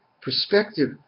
perspective